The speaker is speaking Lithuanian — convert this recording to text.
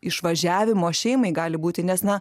išvažiavimo šeimai gali būti nes na